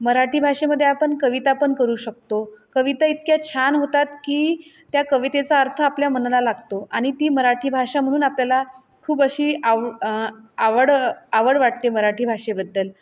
मराठी भाषेमध्ये आपण कविता पण करू शकतो कविता इतक्या छान होतात की त्या कवितेचा अर्थ आपल्या मनाला लागतो आणि ती मराठी भाषा म्हणून आपल्याला खूप अशी आव आवड आवड वाटते मराठी भाषेबद्दल